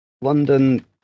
London